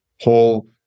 whole